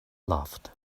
laughed